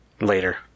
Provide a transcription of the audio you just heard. Later